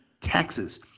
taxes